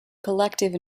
collective